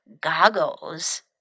goggles